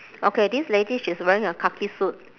okay this lady she's wearing a khaki suit